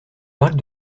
marc